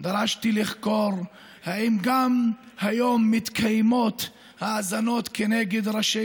דרשתי לחקור אם גם היום מתקיימות האזנות כנגד ראשי